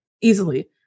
easily